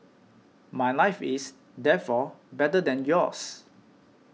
my life is therefore better than yours